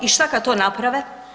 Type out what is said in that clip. I što kad to naprave?